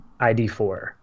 ID4